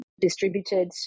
distributed